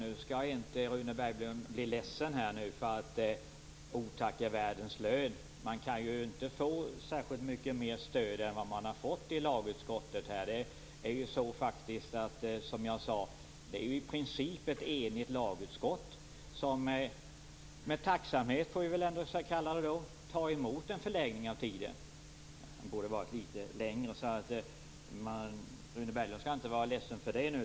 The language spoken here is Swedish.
Herr talman! Rune Berglund skall inte bli ledsen - otack är världens lön. Man kan inte få särskilt mycket mera stöd än man fått i lagutskottet. Som jag tidigare sagt är det ett i princip enigt lagutskott som, får vi väl ändå säga, med tacksamhet får ta emot en förlängning av tiden. Det borde ha varit litet längre tid, men Rune Berglund skall inte vara ledsen för det.